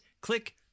click